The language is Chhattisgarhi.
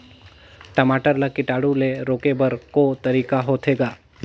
टमाटर ला कीटाणु ले रोके बर को तरीका होथे ग?